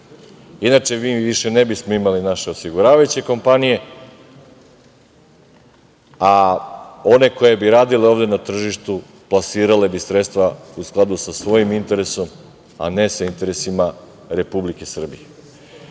Inače mi više ne bismo imala naše osiguravajuće kompanije, a one koje bi radile ovde na tržištu, plasirale bi sredstva u skladu sa svojim interesom, a ne sa interesima Republike Srbije. Sada